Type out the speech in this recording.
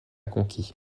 conquis